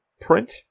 print